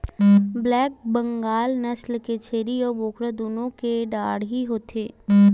black Bengal नसल के छेरी अउ बोकरा दुनो के डाढ़ही होथे